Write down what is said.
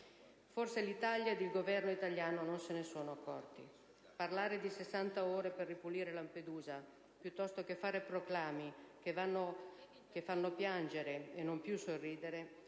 Forse l'Italia e il Governo italiano non se ne sono accorti. Parlare di 60 ore per ripulire Lampedusa, oppure fare proclami che fanno piangere, e non più sorridere,